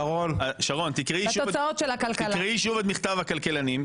שרון, תקראי שוב את מכתב הכלכלנים.